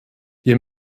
wir